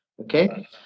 Okay